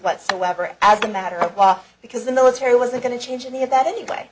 whatsoever as a matter of law because the military wasn't going to change any of that anyway